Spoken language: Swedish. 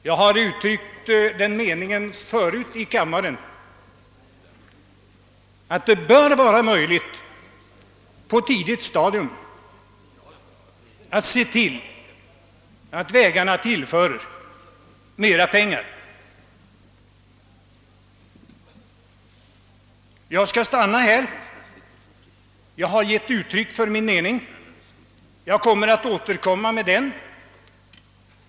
Jag har förut uttryckt den meningen i kammaren att det bör vara möjligt att på ett tidigt stadium se till att vägarna tillföres mera pengar. Jag har givit uttryck för min mening, och jag ämnar återkomma till den.